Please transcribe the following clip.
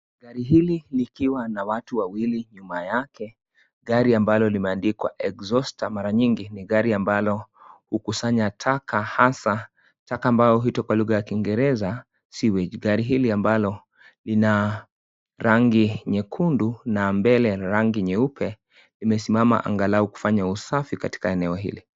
Gari hili likiwa na watu wawili nyuma yake. Gari ambalo ni limeandikwa (cs)exhauster(cs) mara nyingi ni gari ambalo hukusanya taka, hasa taka ambalo kwa lugha ya kingereza (cs) sewage(cs). Gari hili ambalo lina rangi nyekundu na mbele rangi nyeupe limesimama angalau kufanya usafi katika eneo hili.